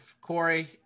Corey